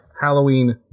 Halloween